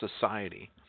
Society